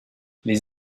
les